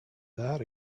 that